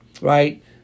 Right